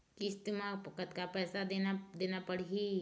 किस्त म कतका पैसा देना देना पड़ही?